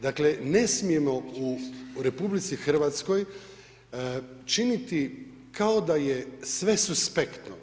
Dakle, ne smijemo u RH činiti kao da je sve suspektno.